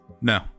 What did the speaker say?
No